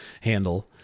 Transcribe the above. handle